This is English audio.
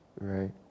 Right